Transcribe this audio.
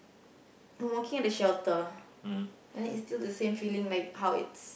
I'm walking at the shelter then it's still the same feeling like how it's